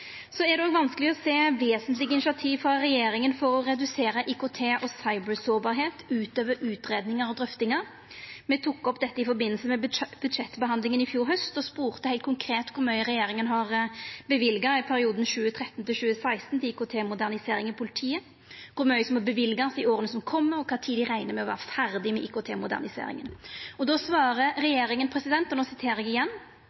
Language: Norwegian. Det er òg vanskeleg å sjå vesentlege initiativ frå regjeringa for å redusera IKT- og cybersårbarheit – utover utgreiingar og drøftingar. Me tok opp dette i forbindelse med budsjettbehandlinga i fjor haust og spurde heilt konkret om kor mykje regjeringa har løyvt i perioden 2013–2016 til IKT-modernisering i politiet, kor mykje som må løyvast i åra som kjem, og kva tid dei reknar med å vera ferdig med IKT-moderniseringa. Då svarer regjeringa – og no siterer eg igjen